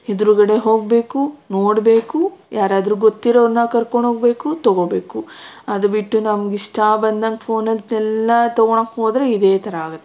ಎದುರುಗಡೆ ಹೋಗಬೇಕು ನೋಡಬೇಕು ಯಾರಾದ್ರೂ ಗೊತ್ತಿರೋರನ್ನ ಕರ್ಕೊಂಡೋಗ್ಬೇಕು ತಗೋಬೇಕು ಅದು ಬಿಟ್ಟು ನಮಗೆ ಇಷ್ಟ ಬಂದಂಗೆ ಫೋನಲ್ಲಿ ಎಲ್ಲ ತಗೋಳೋಕೆ ಹೋದ್ರೆ ಇದೇ ಥರ ಆಗುತ್ತೆ